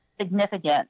significant